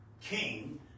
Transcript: king